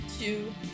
two